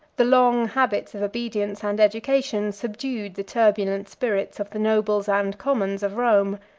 the long habits of obedience and education subdued the turbulent spirit of the nobles and commons of rome.